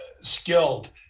skilled